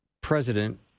president